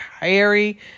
Harry